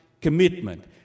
commitment